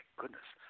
goodness